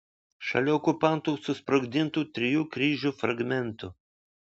šalia okupantų susprogdintų trijų kryžių fragmentų